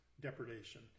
depredation